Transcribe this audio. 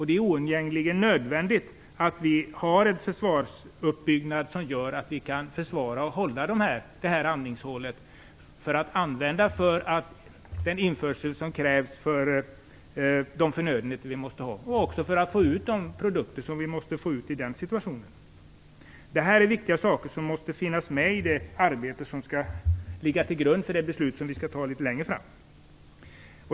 Det är oundgängligen nödvändigt att ha en sådan försvarsuppbyggnad att vi kan försvara och hålla det här andningshålet att användas för den införsel som krävs för de förnödenheter som vi måste ha och även för att få ut de produkter som vi i nämnda situation måste få ut. Dessa viktiga saker måste finnas med i det arbete som skall ligga till grund för det beslut som skall tas litet längre fram.